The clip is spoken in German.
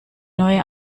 neue